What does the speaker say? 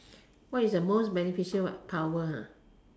what is the most beneficial what power ha